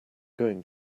going